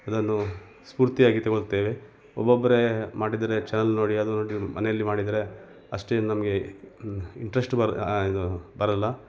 ಅದನ್ನು ಸ್ಪೂರ್ತಿಯಾಗಿ ತಗೊಳ್ತೇವೆ ಒಬ್ಬೊಬ್ಬರೆ ಮಾಡಿದರೆ ಚಾನಲ್ ನೋಡಿ ಅದು ನೋಡಿ ಮನೆಯಲ್ಲಿ ಮಾಡಿದರೆ ಅಷ್ಟೇನೂ ನಮಗೆ ಇಂಟ್ರೆಸ್ಟ್ ಬರು ಇದು ಬರಲ್ಲ